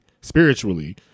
spiritually